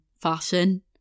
fashion